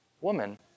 Woman